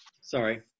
Sorry